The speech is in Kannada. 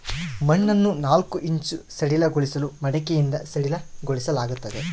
ಮಣ್ಣನ್ನು ನಾಲ್ಕು ಇಂಚು ಸಡಿಲಗೊಳಿಸಲು ಮಡಿಕೆಯಿಂದ ಸಡಿಲಗೊಳಿಸಲಾಗ್ತದೆ